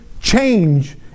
change